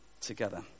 together